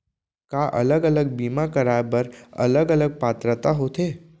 का अलग अलग बीमा कराय बर अलग अलग पात्रता होथे?